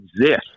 exist